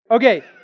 Okay